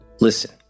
Listen